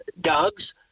dogs